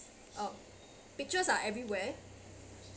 uh pictures are everywhere